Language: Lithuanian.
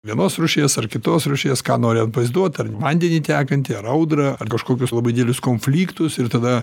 vienos rūšies ar kitos rūšies ką nori vaizduot ar vandenį tekantį ar audrą ar kažkokius labai didelius konfliktus ir tada